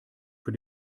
für